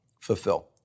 fulfill